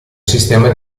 sistema